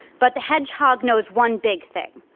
but the hedgehog knows one big thing.